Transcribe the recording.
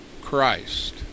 Christ